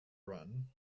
run